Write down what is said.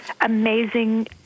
amazing